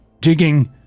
Digging